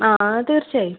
ആ തീർച്ചായും